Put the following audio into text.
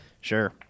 Sure